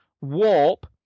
Warp